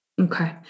okay